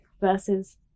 versus